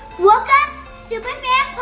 welcome super fan,